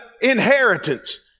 inheritance